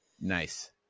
Nice